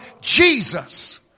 Jesus